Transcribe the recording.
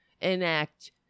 enact